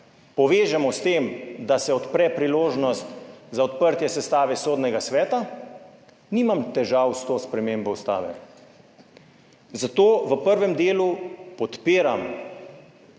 povežemo s tem, da se odpre priložnost za odprtje sestave Sodnega sveta, nimam težav s to spremembo ustave. Zato v prvem delu podpiram